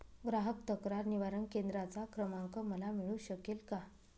ग्राहक तक्रार निवारण केंद्राचा क्रमांक मला मिळू शकेल का?